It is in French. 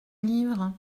livre